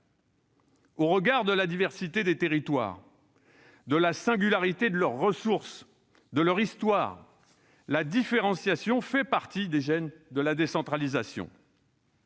Au regard de la diversité des territoires, de la singularité de leurs ressources, de leur histoire, la différenciation fait partie des gênes de la décentralisation.